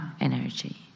energy